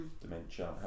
dementia